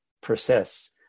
persists